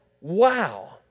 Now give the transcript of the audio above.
wow